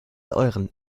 euren